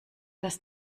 das